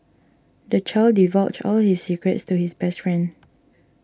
the child divulged all his secrets to his best friend